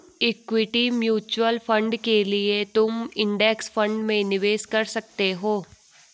equity mutual fund के लिए तुम इंडेक्स फंड में निवेश कर सकते हो